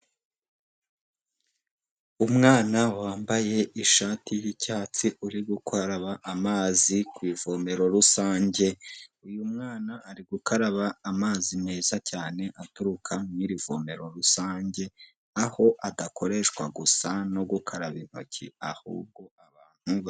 Umwana wambaye ishati y'icyatsi uri gukaraba amazi ku ivuomero rusange, uyu mwana ari gukaraba amazi meza cyane aturuka muri irivomero rusange, aho adakoreshwa gusa no gukaraba intoki ahubwo abantu......